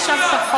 יש הבטחות,